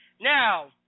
Now